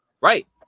Right